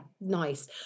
nice